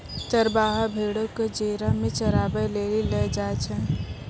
चरबाहा भेड़ो क जेरा मे चराबै लेली लै जाय छै